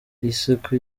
isuku